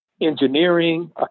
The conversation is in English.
engineering